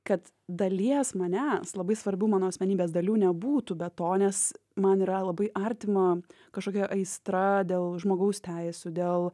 kad dalies manęs labai svarbių mano asmenybės dalių nebūtų be to nes man yra labai artima kažkokia aistra dėl žmogaus teisių dėl